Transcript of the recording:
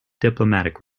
diplomatic